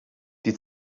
die